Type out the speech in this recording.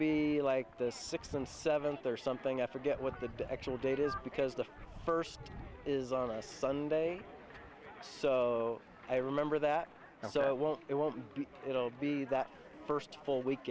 be like the sixth and seventh or something i forget what the actual date is because the first is on a sunday so i remember that so well it won't be it'll be the first full week